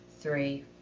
three